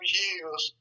years